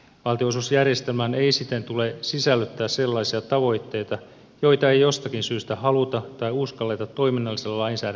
valtionosuusjärjestelmään ei siten tule sisällyttää sellaisia tavoitteita joita ei jostakin syystä haluta tai uskalleta toiminnallisella lainsäädännöllä toteuttaa